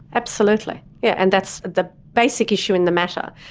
absolutely. yeah and that's the basic issue in the matter,